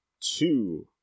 Two